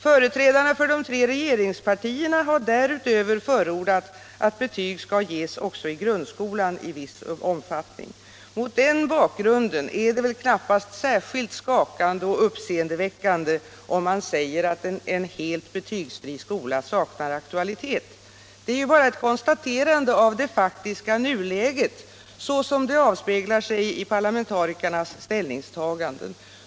Företrädarna för de tre regeringspartierna har därutöver förordat att betyg skall ges också i grundskolan i viss omfattning. Mot den bakgrunden är det väl knappast särskilt skakande och uppseendeväckande, om man säger att en helt betygsfri skola saknar aktualitet. Det är ju bara ett konstaterande av det faktiska nuläget såsom det avspeglar sig i parlamentarikernas ställningstaganden.